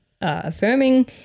affirming